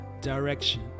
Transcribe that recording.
direction